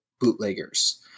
bootleggers